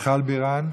מיכל בירן,